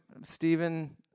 Stephen